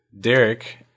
Derek